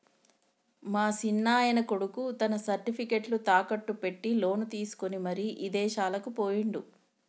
మా సిన్నాయన కొడుకు తన సర్టిఫికేట్లు తాకట్టు పెట్టి లోను తీసుకొని మరి ఇదేశాలకు పోయిండు